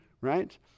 Right